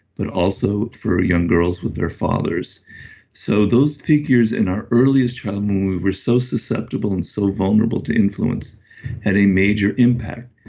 but also for young girls with their fathers so those figures in our earliest childhood when we were so susceptible and so vulnerable to influence had a major impact.